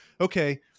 okay